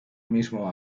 mismo